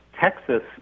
Texas